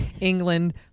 England